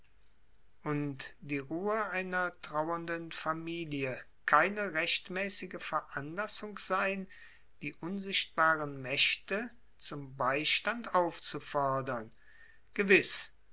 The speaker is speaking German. und die ruhe einer trauernden familie keine rechtmäßige veranlassung sein die unsichtbaren mächte zum beistand aufzufordern gewiß